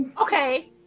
Okay